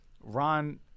Ron